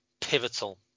pivotal